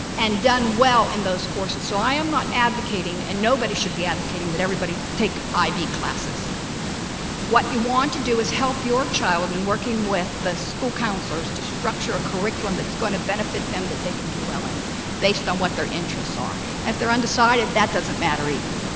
and done well in those courses so i am not advocating and nobody should be advocating that everybody take ib classes what you want to do is help your child and working with the school counselors to structure curriculum that's going to benefit them that they can do well in based on what their interests are if they're undecided that doesn't matter either